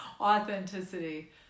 authenticity